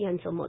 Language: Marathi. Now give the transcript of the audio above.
यांचं मत